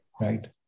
right